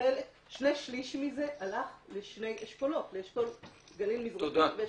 שני שליש מזה הלך לשני אשכולות לאשכול גליל מזרחי ואשכול נגב מערבי.